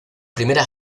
primera